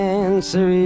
answer